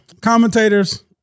Commentators